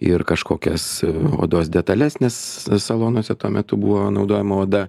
ir kažkokias odos detales nes salonuose tuo metu buvo naudojama oda